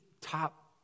top